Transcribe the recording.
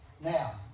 Now